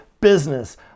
business